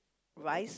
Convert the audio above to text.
rise